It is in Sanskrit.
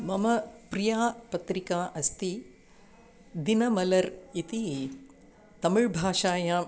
मम प्रियः पत्रिका अस्ति दिनमलर् इति तमिळ्भाषायाम्